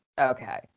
Okay